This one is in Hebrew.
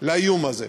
לאיום הזה.